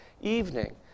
evening